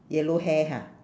yellow hair ha